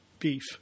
Beef